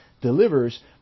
delivers